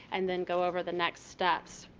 and then go over the next steps.